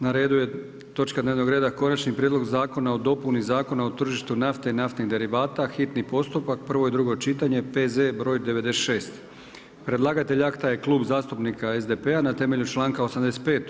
Na redu je točka dnevnog reda: - Konačni prijedlog zakona o dopuni Zakona o tržištu nafte i naftnih derivata, hitni postupak, prvo i drugo čitanje, P.Z. br.96 Predlagatelj akta je Klub zastupnika SDP-a na temelju članka 85.